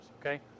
Okay